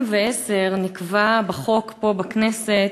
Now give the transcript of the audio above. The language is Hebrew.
ב-2010 נקבע בחוק פה בכנסת,